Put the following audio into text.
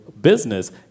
business